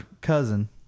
cousin